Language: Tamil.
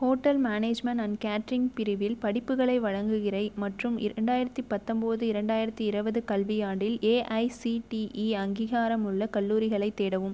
ஹோட்டல் மேனேஜ்மெண்ட் அண்ட் கேட்ரிங் பிரிவில் படிப்புகளை வழங்குகிற மற்றும் இரண்டாயிரத்து பத்தொன்பது இரண்டாயிரத்து இருபது கல்வியாண்டில் ஏஐசிடிஇ அங்கீகாரமுள்ள கல்லூரிகளைத் தேடவும்